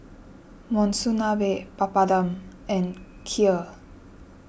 Monsunabe Papadum and Kheer